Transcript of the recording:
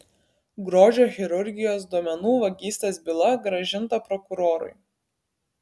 grožio chirurgijos duomenų vagystės byla grąžinta prokurorui